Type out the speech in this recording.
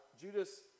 Judas